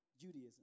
Judaism